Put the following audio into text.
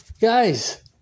Guys